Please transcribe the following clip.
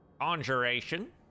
conjuration